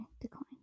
decline